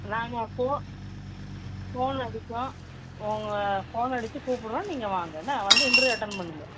நாங்கள் phone phone அடிச்சோம் உங்க ஃபோன் அடிச்சு கூப்பிட்றோம் நீங்கள் வாங்க என்ன வந்து இன்ட்ரிவ் அட்டன்ட் பண்ணுங்கள்